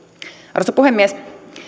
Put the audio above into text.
arvoisa puhemies